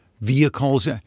vehicles